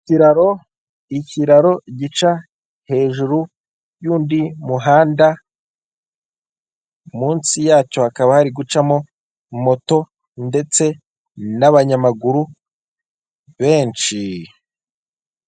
Ikiraro, ikiraro gica hejuru y'undi muhanda, munsi yacyo hakaba hari gucamo moto, ndetse n'abanyamaguru benshi.